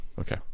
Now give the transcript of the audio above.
Okay